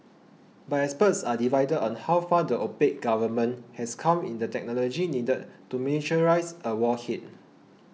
but experts are divided on how far the opaque government has come in the technology needed to miniaturise a warhead